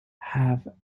have